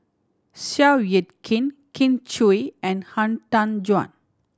Seow Yit Kin Kin Chui and Han Tan Juan